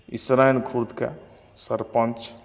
इसराइनपुरके सरपंच